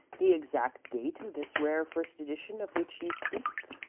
the exact date of this rare first edition of which you speak?